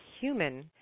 human